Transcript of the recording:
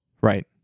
right